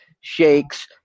shakes